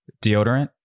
deodorant